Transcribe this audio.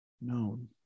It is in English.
known